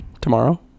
Tomorrow